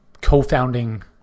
co-founding